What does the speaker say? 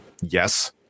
Yes